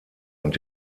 und